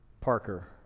Parker